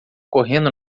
correndo